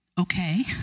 Okay